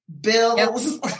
bills